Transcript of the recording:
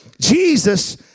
Jesus